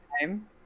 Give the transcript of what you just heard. time